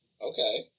Okay